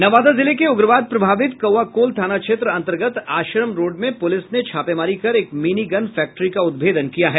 नवादा जिले के उग्रवाद प्रभावित कौआकोल थाना क्षेत्र अंतर्गत आश्रम रोड में पुलिस ने छापेमारी कर एक मिनीगन फैक्ट्री का उद्भेदन किया है